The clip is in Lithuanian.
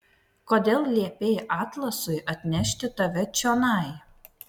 kodėl liepei atlasui atnešti tave čionai